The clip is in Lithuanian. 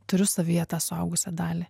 turiu savyje tą suaugusią dalį